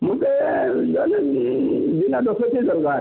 ମତେ ଦର୍କାର